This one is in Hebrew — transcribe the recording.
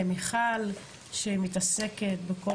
לחברת הכנסת מיכל וולדיגר שמתעסקת בכל